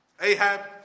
Ahab